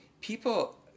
people